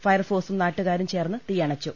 ഫയർഫോഴ്സും നാട്ടുകാരും ചേർന്ന് തീയണച്ചു